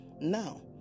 now